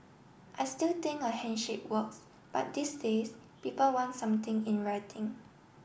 I still think a handshake works but these days people want something in writing